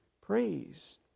praise